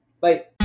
Bye